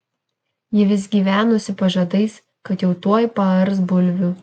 ji vis gyvenusi pažadais kad jau tuoj paars bulvių